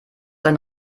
sein